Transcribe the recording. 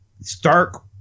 Stark